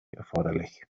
erforderlich